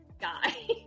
guy